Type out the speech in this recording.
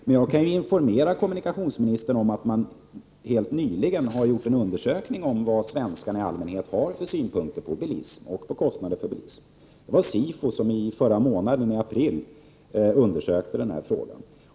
Men jag kan informera kommunikationsministern om att man helt nyligen har gjort en undersökning av vad svenskarna i allmänhet har för synpunkter på bilismen och på kostnaderna för bilismen. Sifo undersökte det i april.